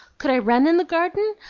could i run in the garden?